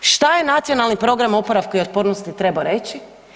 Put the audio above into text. Šta je Nacionalni program oporavka i otpornosti trebao reći?